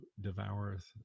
devoureth